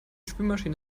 spülmaschine